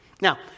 Now